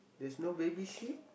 there's no baby sheep